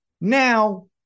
Now